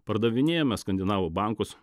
pardavinėjame skandinavų bankus